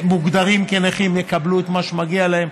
שמוגדרים כנכים יקבלו את מה שמגיע להם.